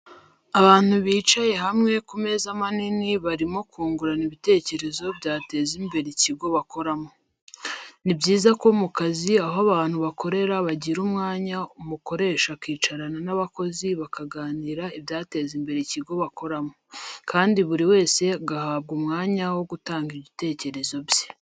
Abantu bicaye hamwe ku meza manini barimo kungurana ibitekerezo byateza imbere ikigo bakoramo. Ni byiza ko mu kazi aho abantu bakorera bagira umwanya umukoresha akicarana n'abakozi bakaganira ibyateza imbere ikigo bakoramo, kandi buri wese agahabwa umwanya wo gutanga ibitekerezo bye.